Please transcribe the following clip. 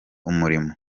umurimo